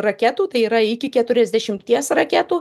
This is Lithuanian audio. raketų tai yra iki keturiasdešimties raketų